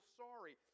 sorry